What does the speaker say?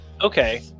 Okay